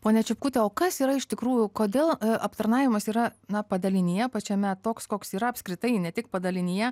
ponia čipkute o kas yra iš tikrųjų kodėl aptarnavimas yra na padalinyje pačiame toks koks yra apskritai ne tik padalinyje